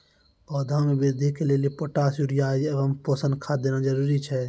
पौधा मे बृद्धि के लेली पोटास यूरिया एवं पोषण खाद देना जरूरी छै?